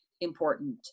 important